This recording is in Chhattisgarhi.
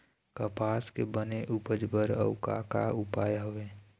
कपास के बने उपज बर अउ का का उपाय हवे?